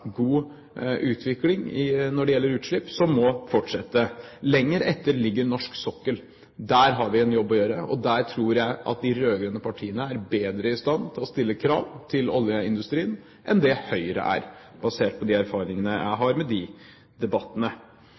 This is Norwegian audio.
god utvikling når det gjelder utslipp, som må fortsette. Lenger etter ligger norsk sokkel. Der har vi en jobb å gjøre, og der tror jeg at de rød-grønne partiene er bedre i stand til å stille krav til oljeindustrien enn det Høyre er, basert på de erfaringene jeg har med de debattene.